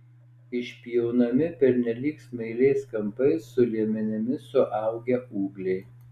išpjaunami pernelyg smailiais kampais su liemenimis suaugę ūgliai